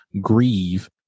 grieve